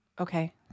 Okay